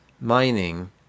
mining